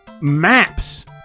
maps